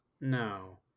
no